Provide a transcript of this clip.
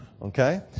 Okay